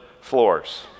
floors